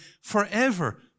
forever